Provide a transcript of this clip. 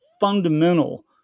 fundamental